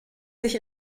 sich